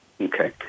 Okay